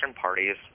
parties